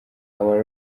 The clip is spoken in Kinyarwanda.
our